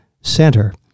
center